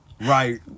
right